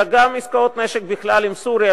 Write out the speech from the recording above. אלא גם עסקאות נשק בכלל עם סוריה,